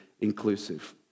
inclusive